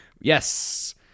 Yes